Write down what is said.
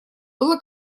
было